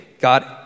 God